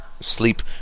sleep